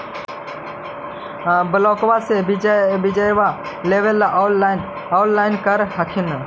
ब्लोक्बा से बिजबा लेबेले ऑनलाइन ऑनलाईन कर हखिन न?